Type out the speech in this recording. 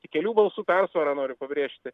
tik kelių balsų persvara noriu pabrėžti